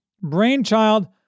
brainchild